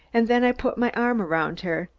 and then i put my arms around her.